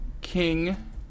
King